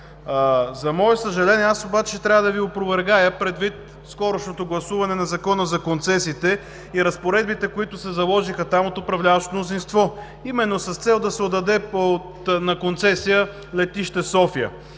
За мое съжаление, трябва да Ви опровергая, предвид скорошното гласуване на Закона за концесиите и разпоредбите, които се заложиха там от управляващото мнозинство, именно с цел да се отдаде на концесия Летище София.